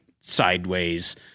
sideways